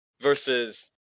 versus